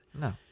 no